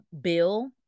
bill